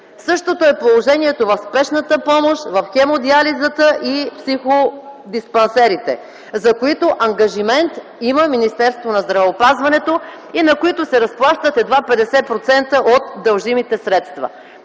Същото е положението в Спешната помощ, в хемодиализата и психодиспансерите, за които ангажимент има Министерството на здравеопазването, и на които се разплащат едва 50% от дължимите средства.